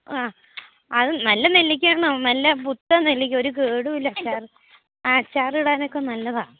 ആ അത് നല്ല നെല്ലിക്കയെന്നോ നല്ല പുത്തൻ നെല്ലിക്ക ഒരു കേടുമില്ല അച്ചാറ് ആ അച്ചാറിടാനൊക്കെ നല്ലതാണ്